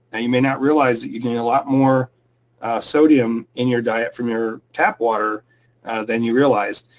you may not realize that you're getting a lot more sodium in your diet from your tap water than you realize.